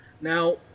Now